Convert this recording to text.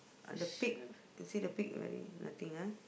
ah the pic you see the pic already nothing ah